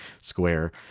square